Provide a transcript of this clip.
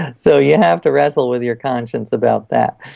ah so you have to wrestle with your conscience about that.